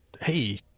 Hey